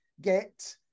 get